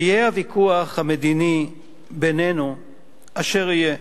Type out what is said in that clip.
שיהיה הוויכוח המדיני בינינו אשר יהיה,